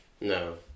No